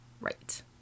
Right